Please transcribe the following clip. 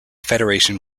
federation